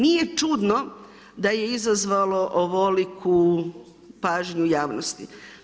Nije čudno da je izazvalo ovoliku pažnju javnosti.